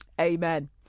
Amen